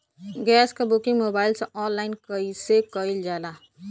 Gas क booking mobile से online कईसे कईल जाला?